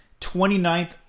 29th